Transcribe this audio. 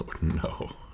no